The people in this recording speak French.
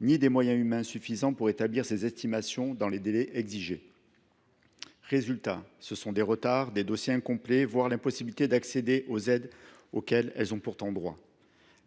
ni des moyens humains suffisants pour établir de telles estimations dans les délais exigés. Il en résulte des retards, des dossiers incomplets, voire une impossibilité d’accéder aux aides auxquelles ces collectivités ont pourtant droit.